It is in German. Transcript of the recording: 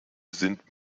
sind